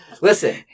Listen